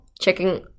checking